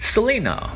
Selena